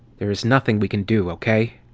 there is nothing we can do, okay?